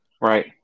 Right